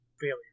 failure